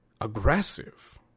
Aggressive